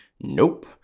Nope